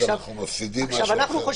אני יכולה